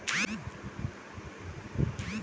धान क सिंचाई खातिर सबसे बढ़ियां सुविधा का हवे?